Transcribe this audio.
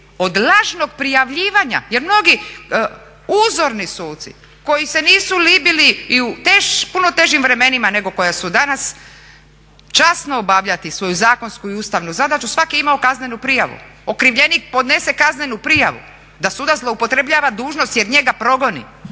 od lažnog prijavljivanja jer mnogi uzorni suci koji se nisu libili i u puno težim vremenima nego koja su danas časno obavljati svoju zakonsku i ustavnu zadaću. Svaki je imao kaznenu prijavu. Okrivljenik podnese kaznenu prijavu da sudac zloupotrebljava dužnost jer njega progoni,